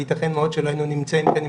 וייתכן מאוד שלא היינו נמצאים כאן אם